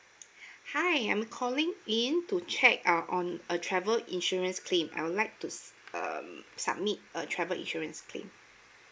hi I'm calling in to check uh on a travel insurance claim err I would like to err submit a travel insurance claim